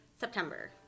September